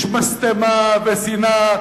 יש משטמה ושנאה.